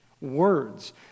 words